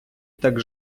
так